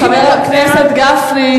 חבר הכנסת גפני.